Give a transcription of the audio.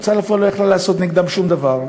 ההוצאה לפועל לא יכלה לעשות נגדם שום דבר.